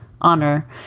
honor